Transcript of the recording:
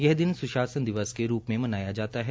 यह दिन सुशासन दिवस के रूप में मनाया जाता है